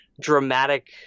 dramatic